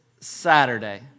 Saturday